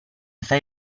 fai